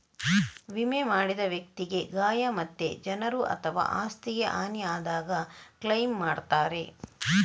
ವಿಮೆ ಮಾಡಿದ ವ್ಯಕ್ತಿಗೆ ಗಾಯ ಮತ್ತೆ ಜನರು ಅಥವಾ ಆಸ್ತಿಗೆ ಹಾನಿ ಆದಾಗ ಕ್ಲೈಮ್ ಮಾಡ್ತಾರೆ